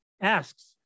asks